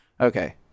Okay